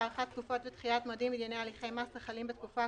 האופנועים זה אופנועים.